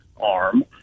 arm